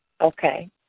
Okay